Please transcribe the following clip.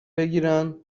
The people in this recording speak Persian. بگیرن